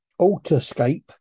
Alterscape